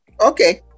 okay